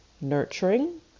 nurturing